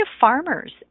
farmers